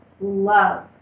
love